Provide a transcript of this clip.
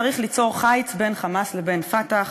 צריך ליצור חיץ בין "חמאס" לבין "פתח",